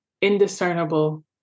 indiscernible